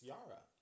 Yara